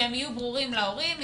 שהם יהיו ברורים להורים,